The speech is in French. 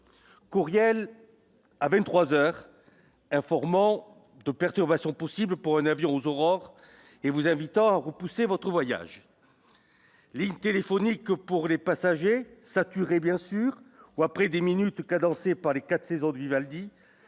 courriel à 23 heures informant de perturbations possibles pour un avion aux aurores et vous invitant à repousser votre voyage lignes téléphoniques pour les passagers, saturé, bien sûr, où après des minutes cadencé par les 4 saisons de Vivaldi